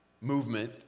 movement